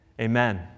Amen